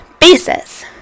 basis